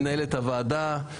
מנהלת הוועדה,